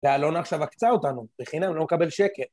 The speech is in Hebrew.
ואלונה עכשיו עקצה אותנו, בחינם, לא מקבל שקל.